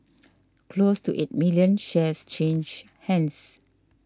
close to eight million shares changed hands